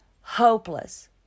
hopeless